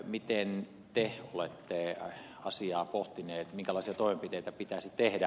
miten te olette asiaa pohtinut minkälaisia toimenpiteitä pitäisi tehdä